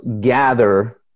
gather